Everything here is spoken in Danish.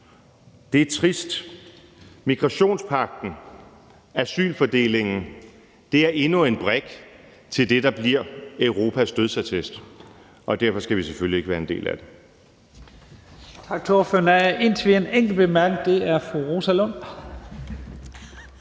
Det er trist. Migrationspagten og asylfordelingen er endnu en brik til det, der bliver Europas dødsattest, og derfor skal vi selvfølgelig ikke være en del af det.